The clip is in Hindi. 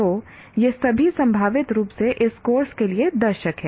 तो ये सभी संभावित रूप से इस कोर्स के लिए दर्शक हैं